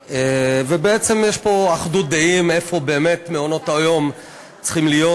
ובעצם יש פה אחדות דעים איפה באמת מעונות-היום צריכים להיות.